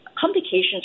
complications